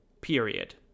Period